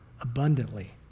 abundantly